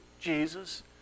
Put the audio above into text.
Jesus